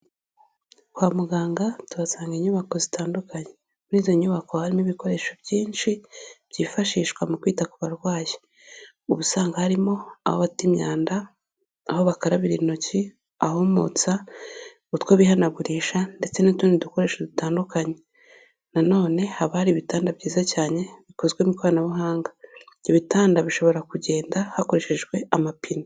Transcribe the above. Kwa muganga tuhasanga inyubako zitandukanye, muri izo nyubako harimo ibikoresho byinshi byifashishwa mu kwita ku barwayi, uba usanga harimo aho bata imyanda, aho bakarabira intoki, ahumutsa, utwo bihanagurisha ndetse n'utundi dukoresho dutandukanye, na none haba hari ibitanda byiza cyane bikozwe mu ikoranabuhanga, ibyo bitanda bishobora kugenda hakoreshejwe amapine.